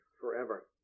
forever